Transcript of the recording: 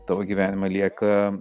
tavo gyvenime lieka